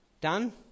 done